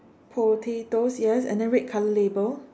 potatoes yes and then red color label